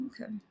okay